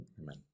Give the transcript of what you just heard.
Amen